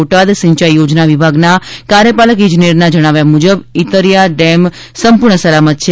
બોટાદ સિંચાઇ થોજના વિભાગના કાર્યપાલક ઇજનેરના જણાવ્યા મુજબ ઇતરીયા ડેમ સંપૂર્ણ સલામત છે